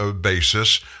basis